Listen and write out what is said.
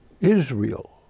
Israel